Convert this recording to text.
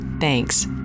thanks